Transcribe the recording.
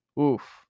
oof